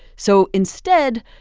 so instead,